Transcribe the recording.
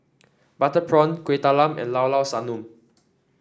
Butter Prawn Kuih Talam and Llao Llao Sanum